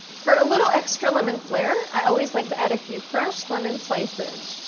for a little extra lemon flair, i always like to add a few fresh lemon slices.